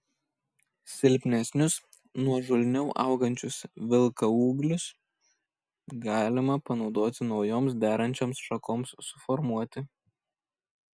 silpnesnius nuožulniau augančius vilkaūglius galima panaudoti naujoms derančioms šakoms suformuoti